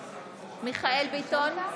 מיכאל מרדכי ביטון,